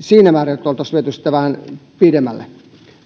siinä määrin että oltaisiin viety sitä sitten vähän pidemmälle